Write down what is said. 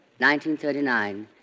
1939